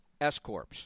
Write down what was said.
S-Corps